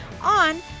on